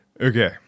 Okay